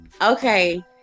Okay